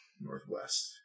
Northwest